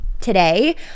today